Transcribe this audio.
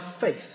faith